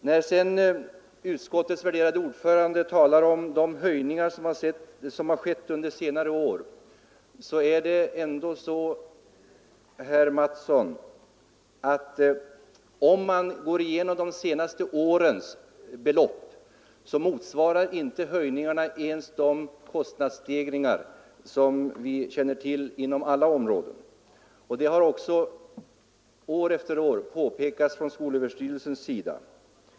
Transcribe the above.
När sedan utskottets värderade ordförande herr Mattsson i Lane Herrestad talar om de höjningar som ägt rum under senare år, så är det ändå på det viset att om man går igenom de senaste årens belopp finner man att höjningarna inte ens motsvarar de kostnadsstegringar som vi känner till inom alla områden. Detta har också år efter år påpekats från skolöverstyrelsens sida.